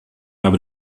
habe